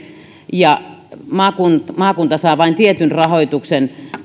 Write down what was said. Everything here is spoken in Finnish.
ja maakunta maakunta saa vain tietyn rahoituksen